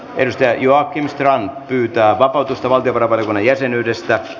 ens ja joakim strand pyytää vapautusta valtion rahaliiton jäsenyydestä